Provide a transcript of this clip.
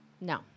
No